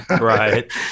right